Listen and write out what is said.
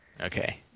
Okay